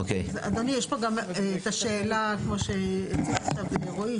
אדוני, יש פה את השאלה, כמו שהעיר עכשיו רועי.